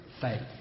faith